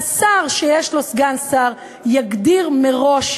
השר שיש לו סגן שר יגדיר מראש